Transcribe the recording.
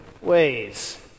ways